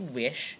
wish